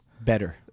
Better